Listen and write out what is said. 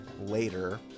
later